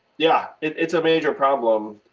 yeah, it's a major problem.